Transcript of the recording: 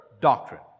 doctrine